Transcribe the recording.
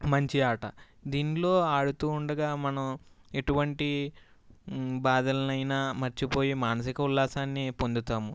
మంచి ఆట దీన్లో ఆడుతూ ఉండగా మనం ఎటువంటి బాధలైనా మర్చిపోయి మానసిక ఉల్లాసాన్ని పొందుతాము